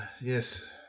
Yes